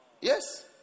Yes